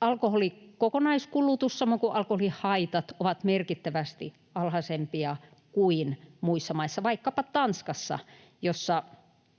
alkoholin kokonaiskulutus samoin kuin alkoholihaitat ovat merkittävästi alhaisempia kuin muissa maissa, vaikkapa Tanskassa,